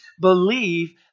believe